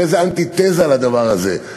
הרי זה אנטיתזה לדבר הזה,